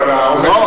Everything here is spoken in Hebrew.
אבל העומס,